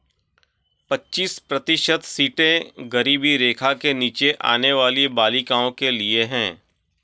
पच्चीस प्रतिशत सीटें गरीबी रेखा के नीचे आने वाली बालिकाओं के लिए है